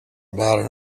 about